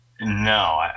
no